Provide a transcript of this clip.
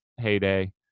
heyday